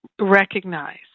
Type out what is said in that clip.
recognize